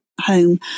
home